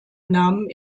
namen